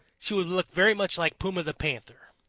she would look very much like puma the panther.